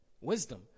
wisdom